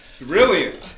Brilliant